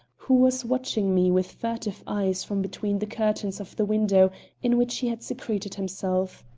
who was watching me with furtive eyes from between the curtains of the window in which he had secreted himself.